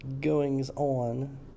goings-on